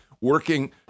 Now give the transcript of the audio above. working